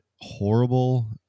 horrible